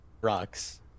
rocks